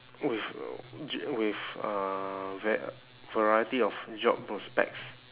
with a j~ with a va~ variety of job prospects